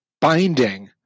binding